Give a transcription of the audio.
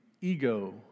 ego